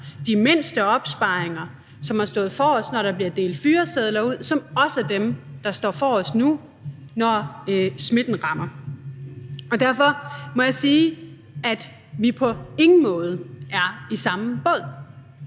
de mindste opsparinger, og som har stået forrest, når der er blevet delt fyresedler ud, som også er dem, der står forrest nu, når smitten rammer. Derfor må jeg sige, at vi på ingen måde er i samme båd.